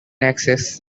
access